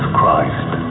Christ